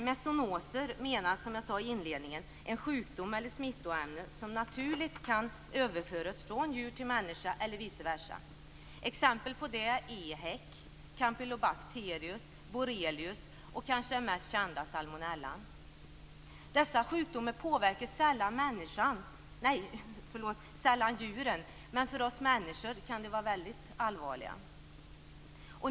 Med zoonos menas, som jag sade i inledningen, en sjukdom eller ett smittoämne som naturligt kan överföras från djur till människa eller vice versa. Exempel är EHEC, kampylobakterios, borrelios och den kanske mest kända, salmonella. Dessa sjukdomar påverkar sällan djuren, men för oss människor kan de vara mycket allvarliga.